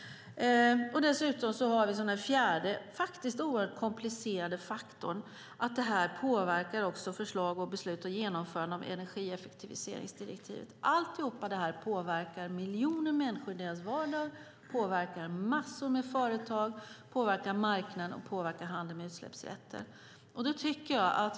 Dessutom har vi som en fjärde oerhört komplicerad faktor att detta också påverkar förslag och beslutet om genomförandet av energieffektiviseringsdirektivet. Alltihop detta påverkar miljoner människor i deras vardag, massor med företag, marknaden och handeln med utsläppsrätter.